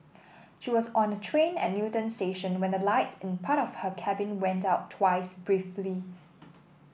she was on a train at Newton station when the lights in part of her cabin went out twice briefly